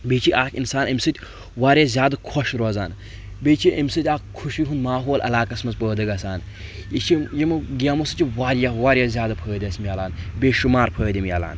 بیٚیہِ چھِ اکھ انسان امہِ سۭتۍ واریاہ زیادٕ خۄش روزان بیٚیہِ چھِ امہِ سۭتۍ اکھ خوشی ہُنٛد ماحول علاقعس منٛز پٲدٕ گژھان یہِ چھِ یِمو گیمو سۭتۍ چھِ واریاہ واریاہ زیادٕ فٲیِدٕ اسہِ مِلان بے شُمار فٲیِدٕ مِلان